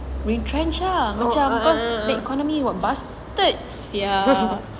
retrenched macam because the economy was busted sia